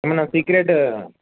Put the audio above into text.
ఏమన్నా సీక్రెట్